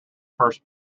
first